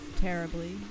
terribly